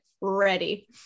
ready